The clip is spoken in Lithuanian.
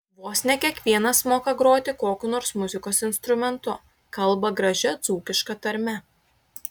vos ne kiekvienas moka groti kokiu nors muzikos instrumentu kalba gražia dzūkiška tarme